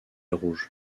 rouge